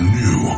new